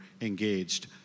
engaged